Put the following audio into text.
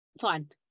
fine